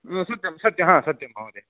सत्यं सत्यं सत्यं महोदय